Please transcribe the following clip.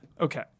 Okay